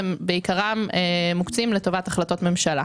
בעיקרם הם מוקצים לטובת החלטות ממשלה.